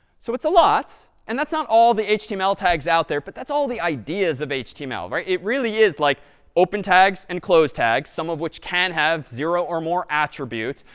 so that's a lot, and that's not all the html tags out there, but that's all the ideas of html, right? it really is like open tags and close tags, some of which can have zero or more attributes,